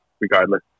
regardless